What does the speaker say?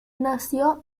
nació